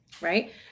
right